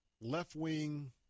left-wing